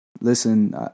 listen